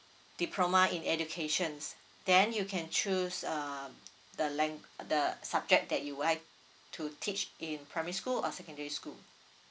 diploma in educations then you can choose uh the length uh the subject that you would like to teach in primary school or secondary school